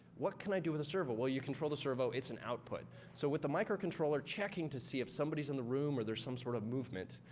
what can i do with a servo? well, you control the servo. it's an output. so, with the microcontroller checking to see if somebody is in the room or there's some sort of movement,